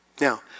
Now